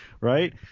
Right